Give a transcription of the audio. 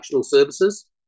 services